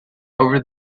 over